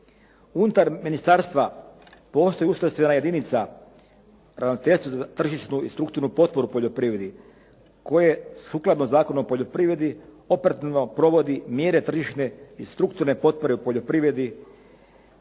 Unutar ministarstva postoji ustrojstvena jedinica Ravnateljstvo za tržišnu i strukturnu potporu poljoprivredi koje sukladno Zakonu o poljoprivredi operativno provodi mjere tržišne i strukturne potpore u poljoprivredi.